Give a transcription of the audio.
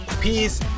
Peace